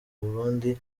burundi